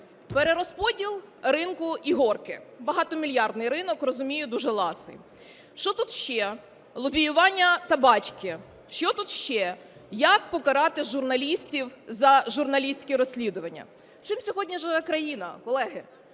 Перерозподіл ринку "ігорки". Багатомільярдний ринок, розумію, дуже ласий. Що тут ще? Лобіювання "табачки". Що тут ще? Як покарати журналістів за журналістське розслідування? Чим сьогодні живе країна, колеги?